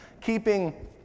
keeping